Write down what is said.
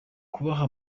kubaha